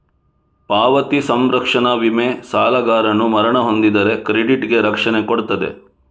ಪಾವತಿ ಸಂರಕ್ಷಣಾ ವಿಮೆ ಸಾಲಗಾರನು ಮರಣ ಹೊಂದಿದರೆ ಕ್ರೆಡಿಟ್ ಗೆ ರಕ್ಷಣೆ ಕೊಡ್ತದೆ